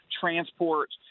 transport